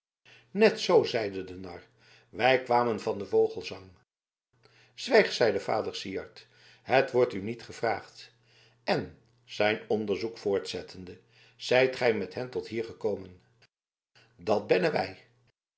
net zoo zeide de nar wij kwamen van den vogelesang zwijg zeide vader syard het wordt u niet gevraagd en zijn onderzoek voortzettende zijt gij met hen tot hier gekomen dat bennen wij